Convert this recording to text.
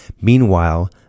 meanwhile